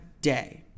day